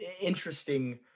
interesting